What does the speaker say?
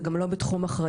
זה גם לא בתחום אחריותו.